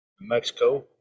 Mexico